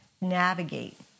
navigate